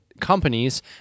companies